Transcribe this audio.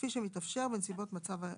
כפי שמתאפשר בנסיבות מצב החירום.